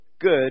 good